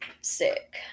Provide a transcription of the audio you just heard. sick